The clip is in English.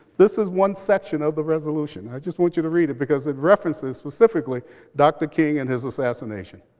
this is one section of the resolution. i just want you to read it because it references specifically dr. king and his assassination.